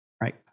Right